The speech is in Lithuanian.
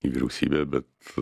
į vyriausybę bet